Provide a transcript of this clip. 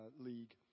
League